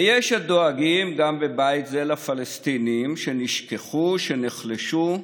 ויש הדואגים גם בבית זה לפלסטינים שנשכחו, שנחלשו.